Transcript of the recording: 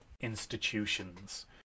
institutions